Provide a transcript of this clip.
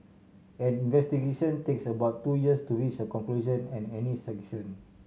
any investigation takes about two years to reach a conclusion and any sanction